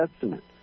Testament